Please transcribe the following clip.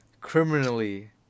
criminally